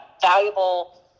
valuable